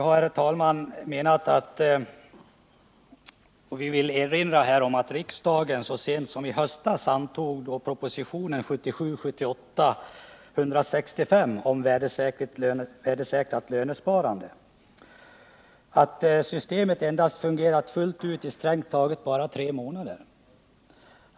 Jag kan, herr talman, erinra om att riksdagen så sent som i höstas antog propositionen 1977/78:165 om värdesäkert lönsparande och att systemet fungerat fullt ut i strängt taget bara tre månader.